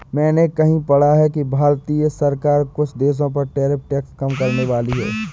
मैंने कहीं पढ़ा है कि भारतीय सरकार कुछ देशों पर टैरिफ टैक्स कम करनेवाली है